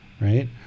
right